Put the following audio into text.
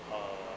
uh